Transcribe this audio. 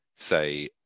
say